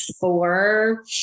four